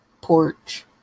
porch